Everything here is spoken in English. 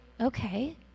Okay